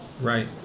Right